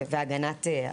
והגנת הפרטיות.